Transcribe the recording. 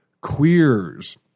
queers